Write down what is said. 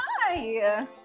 Hi